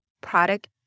product